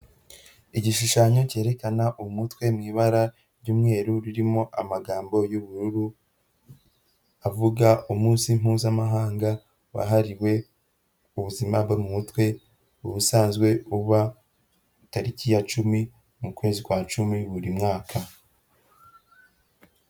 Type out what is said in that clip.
Igishushanyo cyerekana umutwe mu ibara ry'umweru ririmo amagambo y'ubururu avuga umunsi mpuzamahanga wahariwe ubuzima bwo mu mutwe, ubusanzwe buba tariki ya cumi, mu kwezi kwa cumi, buri mwaka.